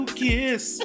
kiss